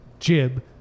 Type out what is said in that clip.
Jib